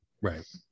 Right